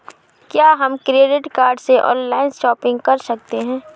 क्या हम credit card से ऑनलाइन शॉपिंग कर सकते हैं?